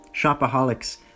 shopaholics